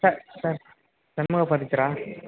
ச ச சண்முகம் பர்னிச்சரா